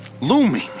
looming